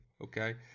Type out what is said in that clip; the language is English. okay